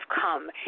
come